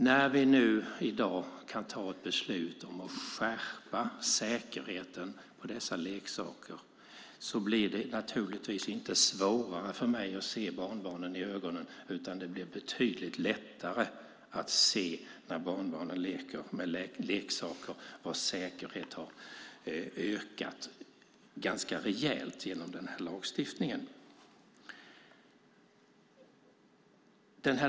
När vi i dag kan ta ett beslut om att skärpa säkerheten på dessa leksaker blir det naturligtvis inte svårare för mig att se barnbarnen i ögonen. Det blir betydligt lättare att se när barnbarnen leker med leksaker vars säkerhet har ökat ganska rejält genom den här lagstiftningen.